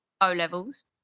O-levels